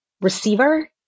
receiver